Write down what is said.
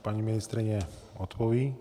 Paní ministryně odpoví.